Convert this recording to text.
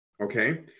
Okay